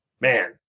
man